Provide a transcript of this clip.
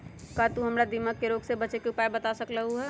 का तू हमरा दीमक के रोग से बचे के उपाय बता सकलु ह?